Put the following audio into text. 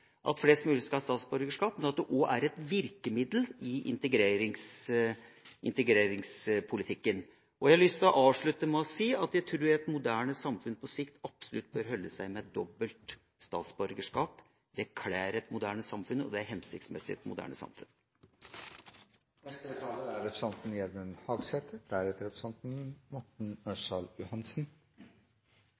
at flest mulig skal ha statsborgerskap, men det er også et virkemiddel i integreringspolitikken. Jeg har lyst til å avslutte med å si at jeg tror at et moderne samfunn på sikt absolutt bør holde seg med dobbelt statsborgerskap. Det kler et moderne samfunn, og det er hensiktsmessig i et moderne samfunn.